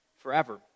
forever